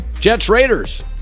Jets-Raiders